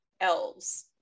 elves